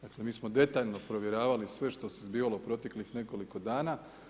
Dakle, mi smo detaljno provjeravali sve što se zbivalo proteklih nekoliko dana.